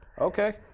Okay